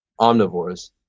omnivores